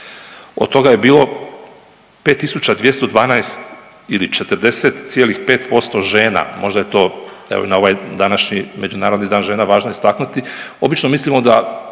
od toga je bilo 5.212 ili 40,5% žena, možda je to evo na ovaj današnji Međunarodni dan žena važno istaknuti. Obično mislimo da